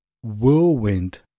whirlwind